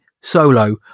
Solo